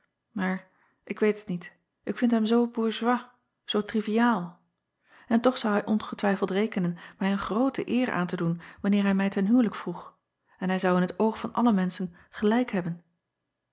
maar ik weet t niet ik vind hem zoo bourgeois zoo triviaal en toch zou hij ongetwijfeld rekenen mij een groote eer aan te doen wanneer hij mij ten huwelijk vroeg en hij zou in t oog van alle menschen gelijk hebben